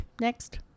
Next